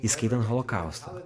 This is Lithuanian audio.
įskaitant holokaustą